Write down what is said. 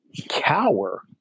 cower